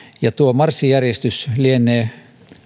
ja tuo marssijärjestys lienee